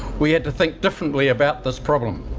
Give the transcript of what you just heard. we had to think differently about this problem.